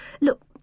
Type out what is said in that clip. Look